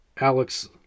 Alex